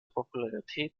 popularität